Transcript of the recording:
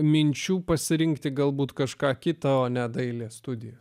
minčių pasirinkti galbūt kažką kito ne dailės studijas